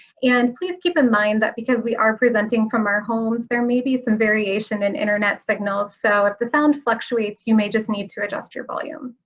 and please keep in mind that because we are presenting from our homes there may be some variation in internet signals, so if the sound fluctuates, you may just need to adjust your volume.